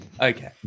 Okay